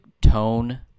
tone